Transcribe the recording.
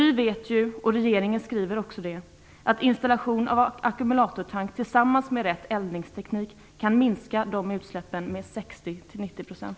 Vi vet ju, och regeringen skriver också, att installation av ackumulatortank tillsammans med rätt eldningsteknik kan minska de utsläppen med 60-90 %.